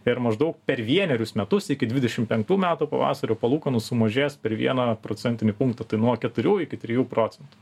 per maždaug per vienerius metus iki dvidešimt penktų metų pavasario palūkanų sumažės per vieną procentinį punktą tai nuo keturių iki trijų procentų